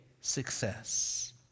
success